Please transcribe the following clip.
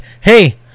hey